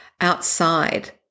outside